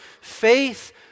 Faith